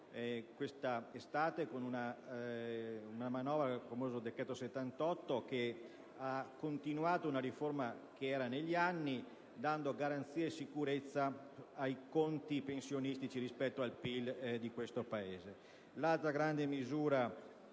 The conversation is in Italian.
ringrazio - con una manovra, il famoso decreto-legge n. 78, che ha continuato una riforma che era negli anni, dando garanzia e sicurezza ai conti pensionistici rispetto al PIL di questo Paese. Un'altra grande misura